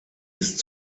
ist